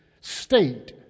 state